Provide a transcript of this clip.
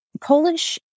Polish